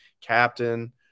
captain